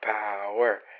Power